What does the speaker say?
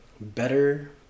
better